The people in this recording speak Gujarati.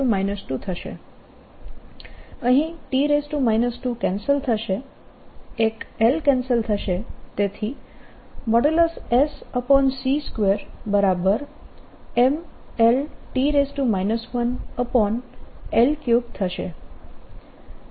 અહીં T 2 કેન્સલ થશે એક L કેન્સલ થશે તેથી |S|c2MLT 1L3 થશે